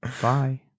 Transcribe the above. Bye